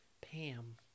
Pam